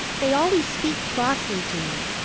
they always speak crossly to me.